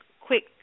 quick